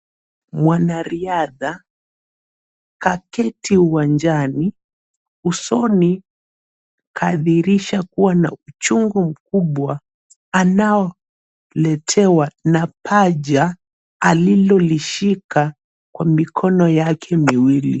Mwanariadha kaketi uwajani. Usoni kadhihirisha kuwa na uchungu mkubwa anaoletewa na paja alilolishika mkono yake miwili.